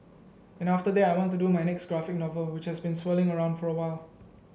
and after that I want do my next graphic novel which has been swirling around for a while